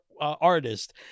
artist